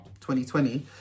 2020